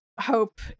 Hope